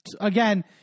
Again